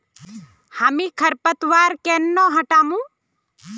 हामी खरपतवार केन न हटामु